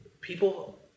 People